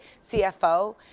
CFO